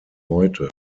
heute